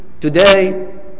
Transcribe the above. today